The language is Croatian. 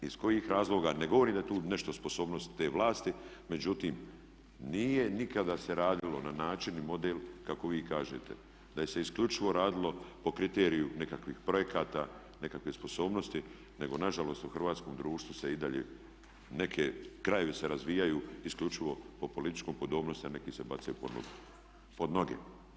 Iz kojih razloga, ne govorim da je tu nešto sposobnost te vlasti, međutim nije nikada se radilo na način i model kako vi kažete da je se isključivo radilo po kriteriju nekakvih projekata, nekakve sposobnosti nego nažalost u hrvatskom društvu se i dalje, neki krajevi se razvijaju isključivo po političkoj podobnosti a neki se bacaju pod noge.